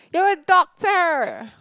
you're a doctor